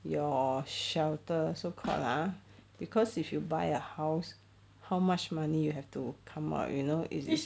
your shelter so called ah cause if you buy a house how much money you have to come out you know it